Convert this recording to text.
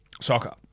soccer